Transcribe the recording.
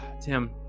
Tim